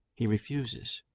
he refuses,